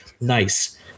nice